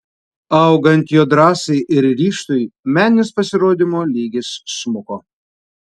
augant jo drąsai ir ryžtui meninis pasirodymo lygis smuko